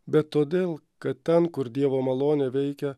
bet todėl kad ten kur dievo malonė veikia